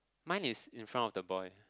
mine is in front of the boy